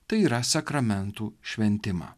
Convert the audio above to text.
tai yra sakramentų šventimą